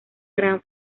gran